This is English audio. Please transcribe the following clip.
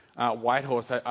Whitehorse